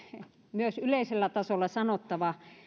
myös yleisellä tasolla sanottava